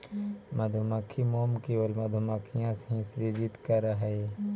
मधुमक्खी मोम केवल मधुमक्खियां ही सृजित करअ हई